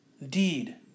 indeed